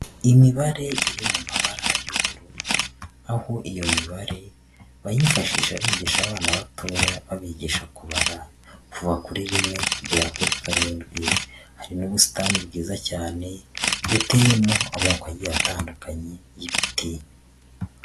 Imibare iri mu mabara y'ubururu, aho iyo mibare bayifashisha bigisha abana batoya babigisha kubara kuva kuri rimwe kugera kuri karindwi, hari n'ubusitani bwiza cyane buteyemo amoko atandukanye y'ibiti.